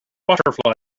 butterfly